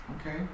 Okay